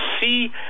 see